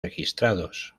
registrados